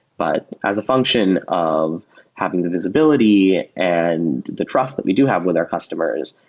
but as a function of having the visibility and the trust that we do have with our customers,